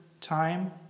time